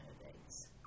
candidates